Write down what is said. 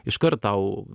iškart tau